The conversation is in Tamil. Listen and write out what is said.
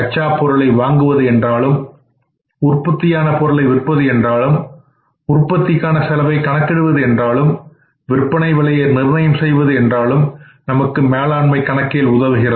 கச்சா பொருளை வாங்குவது என்றாலும் உற்பத்தியான பொருளை விற்பது என்றாலும் உற்பத்திக்கான செலவை கணக்கிடுவது என்றாலும் விற்பனை விலையை நிர்ணயம் செய்வது என்றாலும் நமக்கு மேலாண்மை கணக்கியல் உதவுகிறது